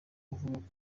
kuvuka